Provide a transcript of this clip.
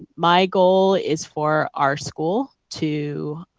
my goal is for our school to